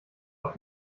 auf